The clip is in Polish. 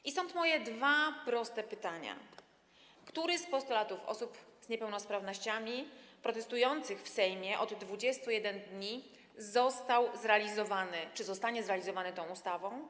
I stąd moje dwa proste pytania: Który z postulatów osób z niepełnosprawnościami protestujących w Sejmie od 21 dni został zrealizowany czy zostanie zrealizowany tą ustawą?